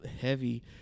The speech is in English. heavy